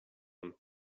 own